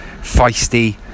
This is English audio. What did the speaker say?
feisty